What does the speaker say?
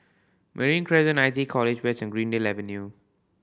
Marine Crescent nineteen College West Greendale Avenue